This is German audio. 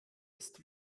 ist